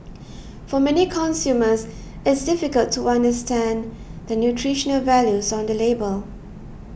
for many consumers it's difficult to understand the nutritional values on the label